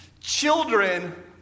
Children